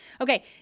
okay